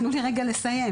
תנו לי לרגע לסיים.